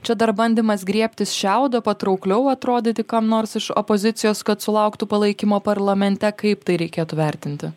čia dar bandymas griebtis šiaudo patraukliau atrodyti kam nors iš opozicijos kad sulauktų palaikymo parlamente kaip tai reikėtų vertinti